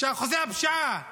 שאחוזי הפשיעה ירדו,